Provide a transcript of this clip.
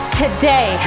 today